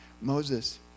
Moses